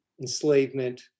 enslavement